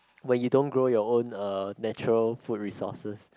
where you don't grow your own uh natural food resources